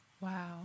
Wow